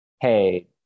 hey